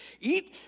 eat